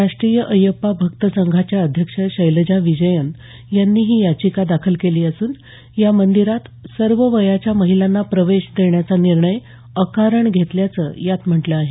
राष्ट्रीय अय्यप्पा भक्त संघाच्या अध्यक्ष शैलजा विजयन यांनी ही याचिका दाखल केली असून या मंदिरात सर्व वयाच्या महिलांना प्रवेश देण्याचा निर्णय अकारण असल्याचं यात म्हटलं आहे